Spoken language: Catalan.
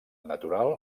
natural